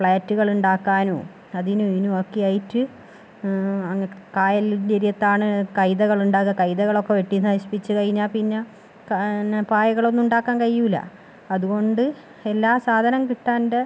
ഫ്ലാറ്റുകൾ ഉണ്ടാക്കാനും അതിനും ഇതിനും ഒക്കെ ആയിട്ട് അങ്ങ് കായലിൻ്റെ തീരത്താണ് കൈതകൾ ഉണ്ടാകുക കൈതകൾ ഒക്കെ വെട്ടി നശിപ്പിച്ചു കഴിഞ്ഞാൽ പിന്നെ പായകൾ ഒന്നും ഉണ്ടാക്കാൻ കഴിയുകയില്ല അതുകൊണ്ട് എല്ലാ സാധനം കിട്ടാണ്ട്